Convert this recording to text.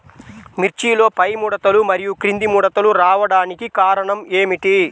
మిర్చిలో పైముడతలు మరియు క్రింది ముడతలు రావడానికి కారణం ఏమిటి?